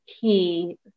key